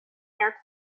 air